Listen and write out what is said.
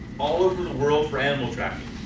all over the world for animal tracking.